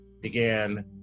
began